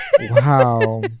Wow